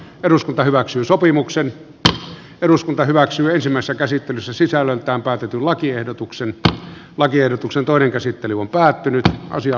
eduskunta hyväksyy sopimuksen että eduskunta hyväksyy ensimmäistä käsittelyssä sisällöltään päätetyn lakiehdotuksen että lakiehdotuksen toinen käsittely on päättynyt lakiehdotuksesta